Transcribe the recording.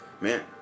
man